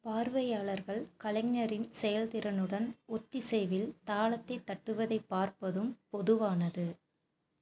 பார்வையாளர்கள் கலைஞரின் செயல்திறனுடன் ஒத்திசைவில் தாளத்தைத் தட்டுவதைப் பார்ப்பதும் பொதுவானது